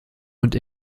und